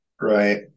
Right